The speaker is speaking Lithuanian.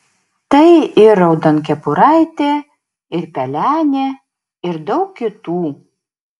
tai ir raudonkepuraitė ir pelenė ir daug kitų